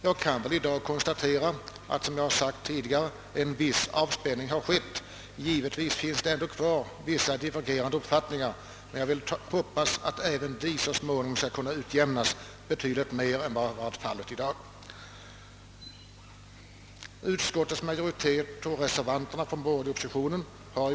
Jag kan i dag konstatera att, som jag tidigare framhållit, en viss avspänning inträtt, Givetvis finns det kvar vissa divergerande uppfattningar, men jag vill hoppas att även dessa så småningom skall kunna utjämnas mycket mera än vad som blivit fallet i dag.